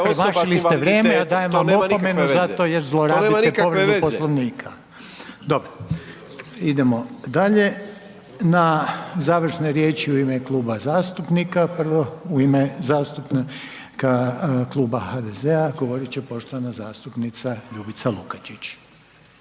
premašili ste vrijeme, dajem vam opomenu jer zlorabite povredu Poslovnika. Dobro, idemo dalje na završne riješi u ime kluba zastupnika, prvo u zastupnika kluba HDZ-a govorit će poštovana zastupnica Ljubica Lukačić.